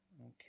Okay